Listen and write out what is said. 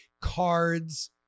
cards